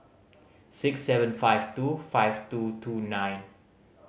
six seven five two five two two nine